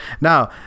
Now